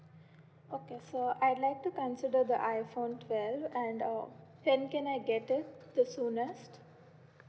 okay so I'd like to consider the iPhone twelve and uh when can I get it the soonest